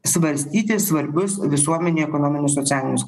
svarstyti svarbius visuomenei ekonominius socialinius